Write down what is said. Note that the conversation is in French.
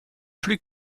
plus